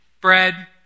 bread